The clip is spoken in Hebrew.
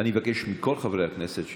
אני מבקש מכל חברי הכנסת שקט.